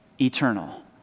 eternal